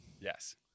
yes